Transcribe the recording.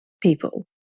people